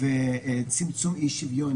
וצמצום אי שוויון.